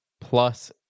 plus